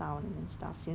like nonsense also